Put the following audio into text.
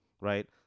right